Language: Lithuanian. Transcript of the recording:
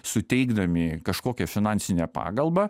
suteikdami kažkokią finansinę pagalbą